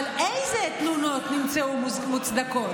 אבל איזה תלונות נמצאו מוצדקות?